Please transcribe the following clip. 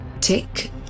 Tick